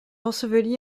enseveli